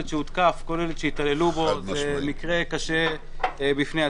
הותקף או התעללו בו זה מקרה קשה בפני עצמו.